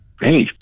hey